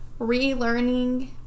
relearning